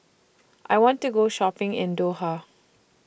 I want to Go Shopping in Doha